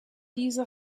diese